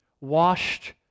washed